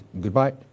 Goodbye